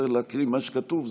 צריך להקריא מה שכתוב.